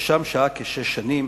ושהה שם כשש שנים.